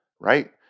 right